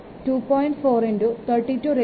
4 321